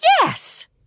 Yes